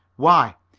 why,